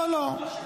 לא, לא.